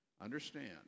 Understand